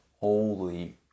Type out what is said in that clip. holy